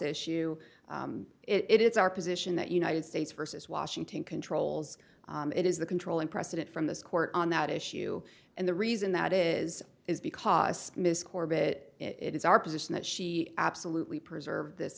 issue it is our position that united states versus washington controls it is the controlling precedent from this court on that issue and the reason that is is because ms korbut it is our position that she absolutely preserved this